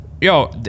yo